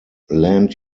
land